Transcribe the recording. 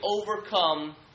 overcome